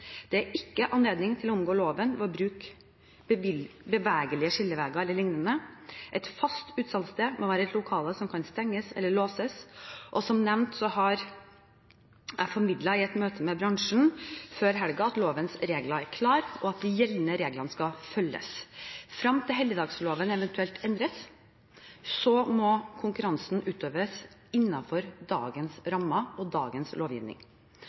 Det er ikke anledning til å omgå loven ved å bruke bevegelige skillevegger e.l. Et fast utsalgssted må være et lokale som kan stenges eller låses, og som nevnt har jeg i et møte med bransjen før helgen formidlet at lovens regler er klare, og at gjeldende regler skal følges. Fram til helligdagsloven eventuelt endres, må konkurransen utøves innenfor dagens rammer og dagens lovgivning.